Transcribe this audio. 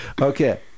okay